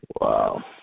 Wow